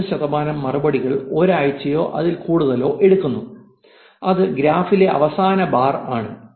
3 ശതമാനം മറുപടികൾ ഒരാഴ്ചയോ അതിൽ കൂടുതലോ എടുക്കുന്നു അത് ഗ്രാഫിലെ അവസാന ബാർ ആണ്